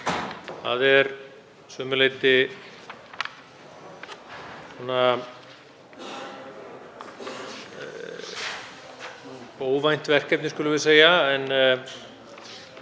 Það er að sumu leyti óvænt verkefni, skulum við segja, en